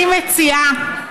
אני מציעה,